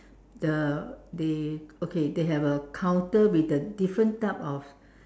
the they okay they have a counter with the different type of